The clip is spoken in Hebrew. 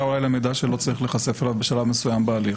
של מידע שלא צריך להיחשף אליו בשלב מסוים בהליך,